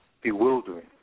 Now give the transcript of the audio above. bewildering